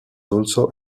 also